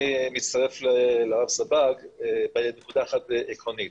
אני מצטרף לרב סבג בנקודה אחת עקרונית: